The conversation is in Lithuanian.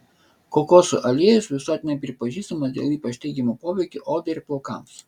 kokosų aliejus visuotinai pripažįstamas dėl ypač teigiamo poveikio odai ir plaukams